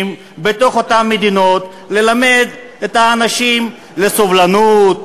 בתוך אותן מדינות ללמד את האנשים סובלנות,